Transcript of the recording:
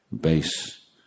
base